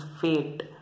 fate